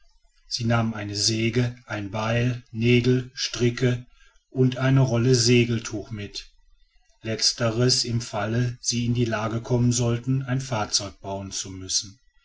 sie nahmen eine säge ein beil nägel stricke und eine rolle segeltuch mit letzteres im falle sie in die lage kommen sollten ein fahrzeug bauen zu müssen